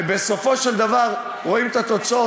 ובסופו של דבר רואים את התוצאות.